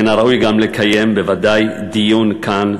מן הראוי לקיים בוודאי דיון כאן,